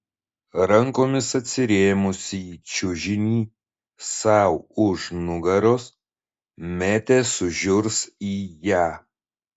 rankomis atsirėmusi į čiužinį sau už nugaros metė sužiurs į ją